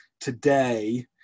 today